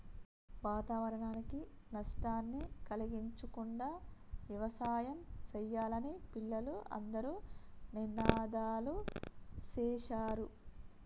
వాతావరణానికి నష్టాన్ని కలిగించకుండా యవసాయం సెయ్యాలని పిల్లలు అందరూ నినాదాలు సేశారు